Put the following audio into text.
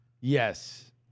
yes